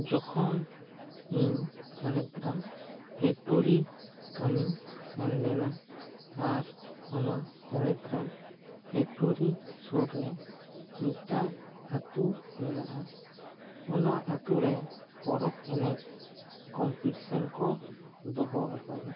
ᱡᱚᱠᱷᱚᱱ ᱤᱧ ᱡᱷᱟᱲᱜᱨᱟᱢ ᱯᱷᱮᱠᱴᱚᱨᱤ ᱠᱟᱹᱢᱤᱧ ᱥᱮᱱ ᱞᱮᱱᱟ ᱟᱨ ᱚᱱᱟ ᱡᱷᱟᱲᱜᱨᱟᱢ ᱯᱷᱮᱠᱴᱚᱨᱤ ᱥᱩᱨ ᱨᱮ ᱢᱤᱫᱴᱟᱝ ᱟᱛᱳ ᱢᱮᱱᱟᱜᱼᱟ ᱚᱱᱟ ᱟᱛᱳ ᱨᱮ ᱯᱚᱨᱚᱵᱽ ᱮᱱᱮᱡ ᱠᱚᱢᱯᱤᱴᱤᱥᱟᱱ ᱠᱚ ᱫᱚᱦᱚ ᱟᱠᱟᱫᱟ